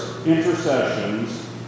intercessions